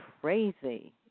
crazy